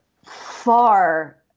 far